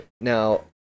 Now